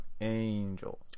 Angel